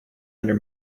under